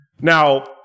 Now